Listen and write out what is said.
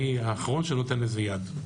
אני האחרון שנותן לזה יד.